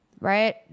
Right